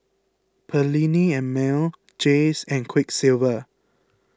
Perllini and Mel Jays and Quiksilver